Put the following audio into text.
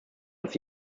als